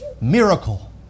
miracle